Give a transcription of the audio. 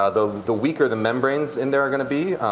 ah the the weaker the membranes in there are going to be.